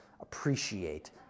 appreciate